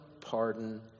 pardon